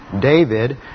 David